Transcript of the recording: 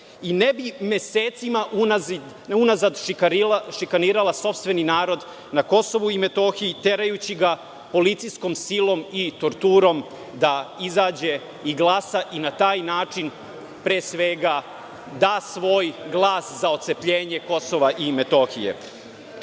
i ne bi mesecima unazad šikanirala sopstveni narod na Kosovu i Metohiji, terajući ga policijskom silom i torturom da izađe i glasa i na taj način, pre svega, da svoj glas za otcepljenje Kosova i Metohije. Izlazak